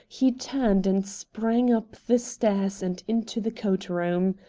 he turned and sprang up the stairs and into the coat-room.